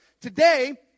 Today